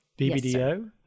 BBDO